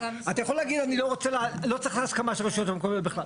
אתה יכול להגיד אני לא צריך את ההסכמה של הרשויות המקומיות בכלל.